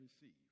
receive